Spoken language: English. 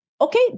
okay